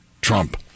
Trump